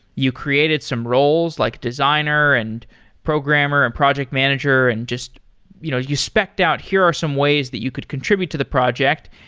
you created some roles, like designer and programmer and project manager and just you know you specked out, here are some ways that you could contribute to the project,